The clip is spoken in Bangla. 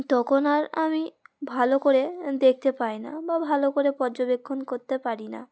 তখন আর আমি ভালো করে দেখতে পাই না বা ভালো করে পর্যবেক্ষণ করতে পারি না